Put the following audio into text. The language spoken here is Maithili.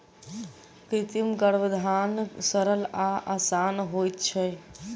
कृत्रिम गर्भाधान सरल आ आसान होइत छै